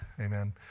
amen